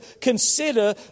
consider